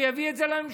הוא יביא את זה לממשלה.